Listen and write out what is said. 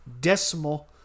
decimal